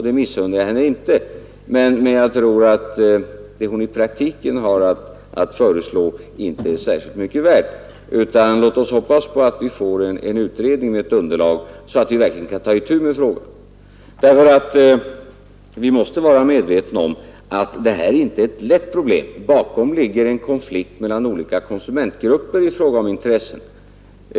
Det missunnar jag henne inte, men jag tror att det hon i praktiken har att föreslå inte är särskilt mycket värt. Låt oss hoppas på att vi genom utredningen får fram ett underlag så att vi verkligen kan ta itu med frågorna. Vi måste vara medvetna om att det här inte är ett lätt problem. Bakom ligger en konflikt mellan olika konsumentgruppers intressen.